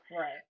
Right